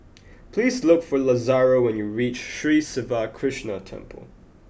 please look for Lazaro when you reach Sri Siva Krishna Temple